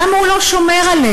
למה הוא לא שומר עלינו?